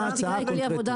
מה ההצעה הקונקרטית?